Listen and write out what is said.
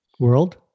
World